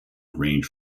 range